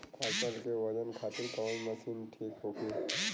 फसल के वजन खातिर कवन मशीन ठीक होखि?